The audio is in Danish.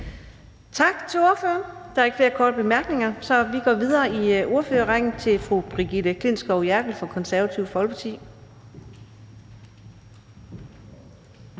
Tak til ordføreren. Der er ikke flere korte bemærkninger, så vi går videre i ordførerrækken til fru Pia Kjærsgaard, Dansk Folkeparti.